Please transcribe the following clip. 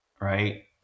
right